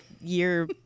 year